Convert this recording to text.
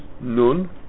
Nun